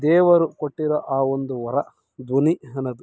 ದೇವರು ಕೊಟ್ಟಿರೋ ಆ ಒಂದು ವರ ಧ್ವನಿ ಅನ್ನೋದು